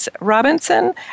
Robinson